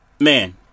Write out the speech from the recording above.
Man